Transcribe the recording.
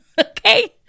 Okay